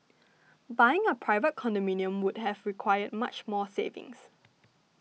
buying a private condominium would have required much more savings